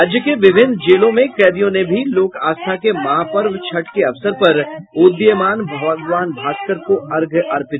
राज्य के विभिन्न जेलों में कैदियों ने भी लोक आस्था के महापर्व छठ के अवसर पर उदीयमान भगवान भास्कर को अर्घ्य दिया